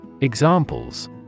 Examples